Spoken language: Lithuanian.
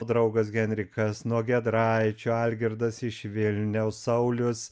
draugas henrikas nuo giedraičio algirdas iš vilniaus saulius